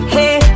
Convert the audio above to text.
Hey